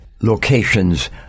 locations